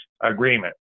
agreement